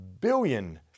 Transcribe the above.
billion